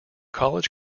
college